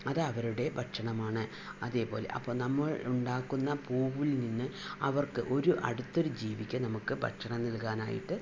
അത് അവരുടെ ഭക്ഷണമാണ് അതേപോലെ അപ്പം നമ്മൾ ഉണ്ടാക്കുന്ന പൂവിൽ നിന്ന് അവർക്ക് ഒരു അടുത്തൊരു ജീവിക്ക് നമുക്ക് ഭക്ഷണം നൽകാനായിട്ട്